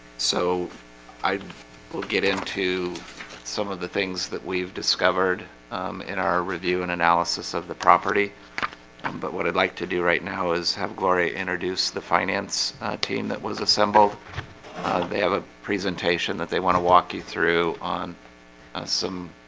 so i will get into some of the things that we've discovered in our review and analysis of the property but what i'd like to do right now is have gloria introduce the finance team that was assembled they have a presentation that they want to walk you through on some